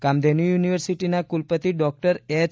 કામધેનુ યુનિવર્સિટીના કુલપતિ doctor H